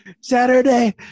saturday